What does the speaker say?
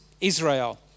Israel